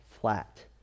flat